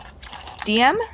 DM